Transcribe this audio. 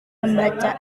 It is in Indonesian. membaca